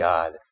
God